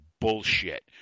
bullshit